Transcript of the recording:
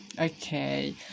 okay